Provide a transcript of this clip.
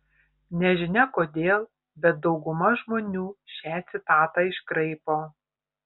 nežinia kodėl bet dauguma žmonių šią citatą iškraipo